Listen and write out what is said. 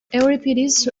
euripides